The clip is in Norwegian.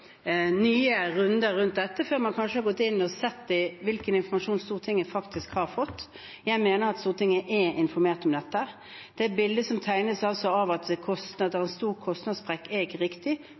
nye runder rundt dette, før man har gått inn og sett på hvilken informasjon Stortinget faktisk har fått. Jeg mener at Stortinget er informert om dette. Det bildet som tegnes av en stor kostnadssprekk, er ikke riktig.